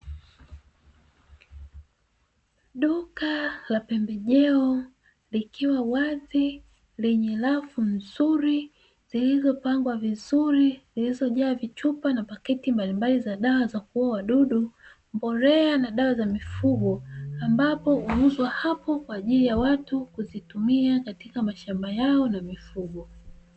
Duka la pempejeo likiwa wazi lenye rafu nzuri zilizopangwa vizuri zilizojaa vichupa na paketi mbalimbali, za dawa za kuuwa wadudu mbolea na dawa za mifugo ambapo huuzwa hapo kwa ajili ya watu kuzitumia katika mashamba yao na mifugo.